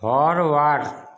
forward